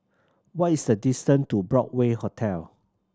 what is the distance to Broadway Hotel